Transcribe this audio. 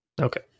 Okay